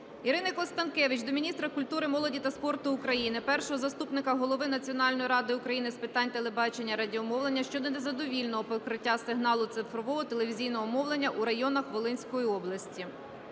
Ірини Констанкевич до міністра культури, молоді та спорту України, першого заступника голови Національної ради України з питань телебачення і радіомовлення щодо незадовільного покриття сигналу цифрового телевізійного мовлення у районах Волинської області.